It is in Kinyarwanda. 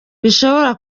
bishobora